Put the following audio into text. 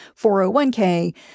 401k